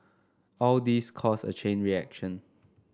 all these cause a chain reaction